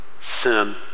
sin